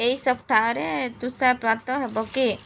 ଏଇ ସପ୍ତାହରେ ତୁଷାରପାତ ହେବ କି